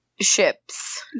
ships